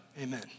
amen